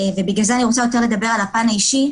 ובגלל זה אני רוצה יותר לדבר על הפן האישי,